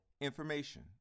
information